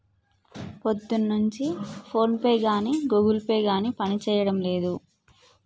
పొద్దున్నుంచి ఫోన్పే గానీ Google Pay గానీ పనిజేయడం లేదు